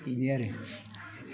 बिदि आरो